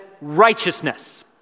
righteousness